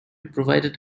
provided